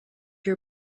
your